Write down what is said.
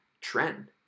trend